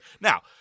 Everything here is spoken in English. Now